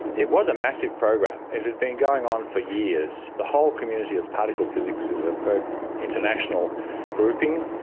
it was a massive program. it had been going on for years. the whole community of particle physics is a very international grouping.